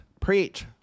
preach